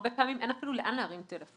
הרבה פעמים אין אפילו לאן להרים טלפון.